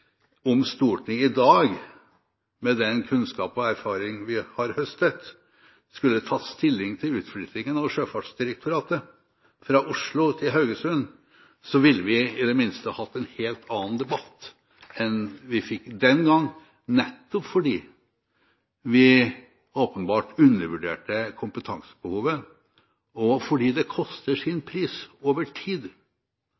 om Stortinget i dag, med den kunnskap og erfaring vi har høstet, skulle tatt stilling til utflyttingen av Sjøfartsdirektoratet fra Oslo til Haugesund, ville vi i det minste hatt en helt annen debatt enn vi fikk den gang, nettopp fordi vi åpenbart undervurderte kompetansebehovet, og fordi det har sin